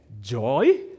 joy